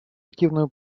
активную